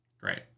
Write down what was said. Great